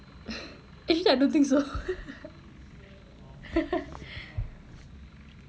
actually I don't think so